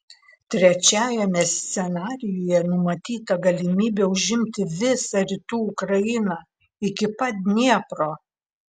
trečiajame scenarijuje numatyta galimybė užimti visą rytų ukrainą iki pat dniepro